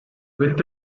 with